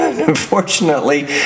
unfortunately